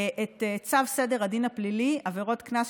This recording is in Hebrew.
את צו סדר הדין הפלילי (עבירות קנס,